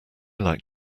like